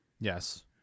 Yes